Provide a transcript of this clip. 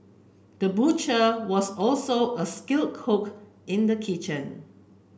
the butcher was also a skilled cook in the kitchen